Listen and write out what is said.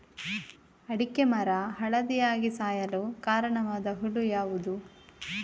ಅಡಿಕೆ ಮರ ಹಳದಿಯಾಗಿ ಸಾಯಲು ಕಾರಣವಾದ ಹುಳು ಯಾವುದು?